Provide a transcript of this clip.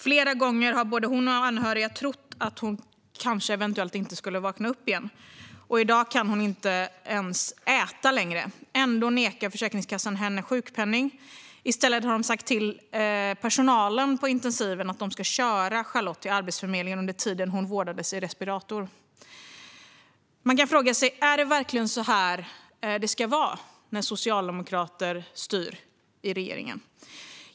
Flera gånger har både hon och anhöriga trott att hon kanske inte skulle vakna upp igen. I dag kan hon inte ens äta längre. Ändå nekar Försäkringskassan henne sjukpenning. I stället hade man sagt till personalen på intensiven att de skulle köra Charlotte till Arbetsförmedlingen under den tid hon vårdades i respirator. Man kan fråga sig om det verkligen är så här det ska vara när socialdemokrater styr i regeringen.